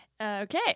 Okay